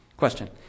Question